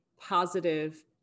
positive